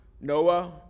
Noah